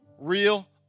real